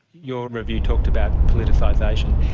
your review talked about politicisation.